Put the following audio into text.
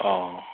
অঁ